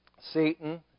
Satan